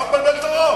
מה הוא מבלבל את הראש?